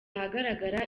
ahagaragara